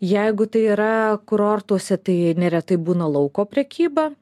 jeigu tai yra kurortuose tai neretai būna lauko prekyba